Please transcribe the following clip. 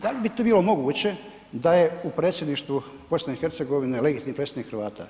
Da li bi to bilo moguće da je u Predsjedništvu BiH legitimni predstavnik Hrvata.